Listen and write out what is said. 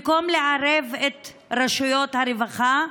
במקום לערב את רשויות הרווחה,